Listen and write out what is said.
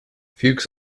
fuchs